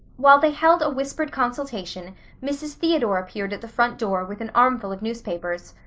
while they held a whispered consultation mrs. theodore appeared at the front door with an armful of newspapers.